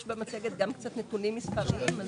במצגת יש גם נתונים מספריים.